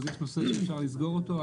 אז יש נושא שאפשר לסגור אותו.